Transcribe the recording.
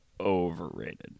overrated